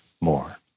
more